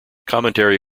commentary